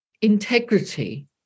integrity